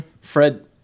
fred